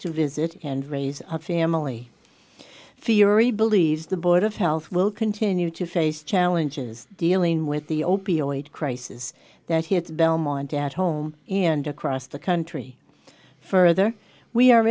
to visit and raise a family fieri believes the board of health will continue to face challenges dealing with the opioid crisis that hits belmont at home and across the country further we are